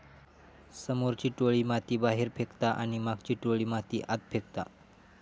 समोरची टोळी माती बाहेर फेकता आणि मागची टोळी माती आत फेकता